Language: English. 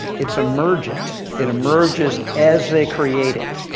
it's emergent. it emerges as they create it.